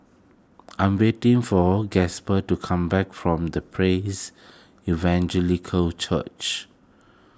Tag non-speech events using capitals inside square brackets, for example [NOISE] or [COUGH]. [NOISE] I am waiting for Gasper to come back from the Praise Evangelical Church